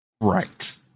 right